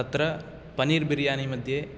तत्र पनीर् बिर्यानि मध्ये